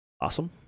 Awesome